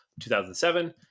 2007